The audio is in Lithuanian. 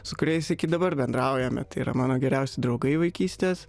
su kuriais iki dabar bendraujame tai yra mano geriausi draugai vaikystės